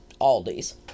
Aldi's